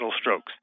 strokes